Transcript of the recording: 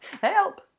Help